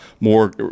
more